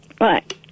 Right